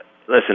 Listen